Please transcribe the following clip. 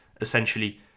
essentially